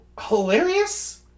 hilarious